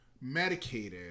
medicated